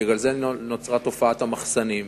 ובגלל זה נוצרה תופעת המחסנים.